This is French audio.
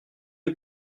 les